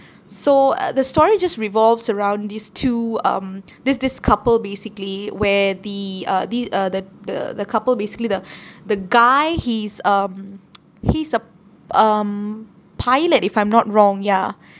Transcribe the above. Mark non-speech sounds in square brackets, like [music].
so uh the story just revolves around these two um this this couple basically where the uh the uh the the the couple basically the [breath] the guy he's um [noise] he's a p~ um pilot if I'm not wrong ya